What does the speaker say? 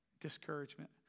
discouragement